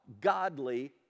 godly